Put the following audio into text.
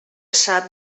sap